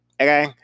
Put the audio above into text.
Okay